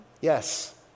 yes